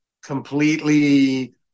completely